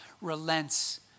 relents